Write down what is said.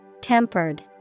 Tempered